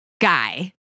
guy